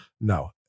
No